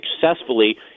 successfully